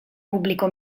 pubblico